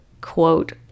Quote